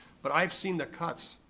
but i've seen the cuts.